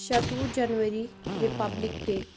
شَتوُہ January Republic day